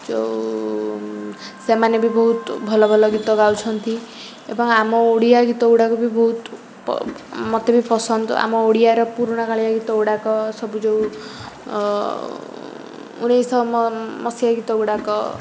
ଯେଉଁ ସେମାନେ ବି ବହୁତ ଭଲ ଭଲ ଗୀତ ଗାଉଛନ୍ତି ଏବଂ ଆମ ଓଡ଼ିଆ ଗୀତ ଗୁଡ଼ାକ ବି ବହୁତ ମୋତେ ବି ପସନ୍ଦ ଆମ ଓଡ଼ିଆର ପୁରୁଣା କାଳିଆ ଗୀତ ଗୁଡ଼ାକ ସବୁ ଯୋଉ ଉଣେଇଶହ ମସିହା ଗୀତ ଗୁଡ଼ାକ